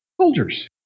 soldiers